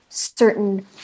certain